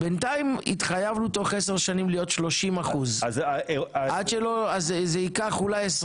בינתיים התחייבנו תוך עשר שנים להיות 30%. זה ייקח אולי 20